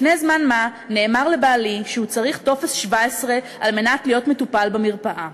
לפני זמן מה נאמר לבעלי שהוא צריך טופס 17 על מנת להיות מטופל במרפאה.